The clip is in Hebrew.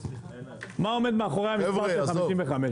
מה עומד מאחורי המספר של 55?